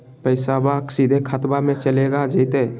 पैसाबा सीधे खतबा मे चलेगा जयते?